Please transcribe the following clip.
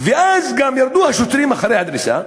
ואז גם ירדו השוטרים אחרי הדריסה,